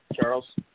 Charles